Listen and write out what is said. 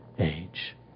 age